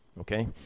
Okay